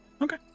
Okay